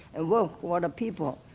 and work for the people.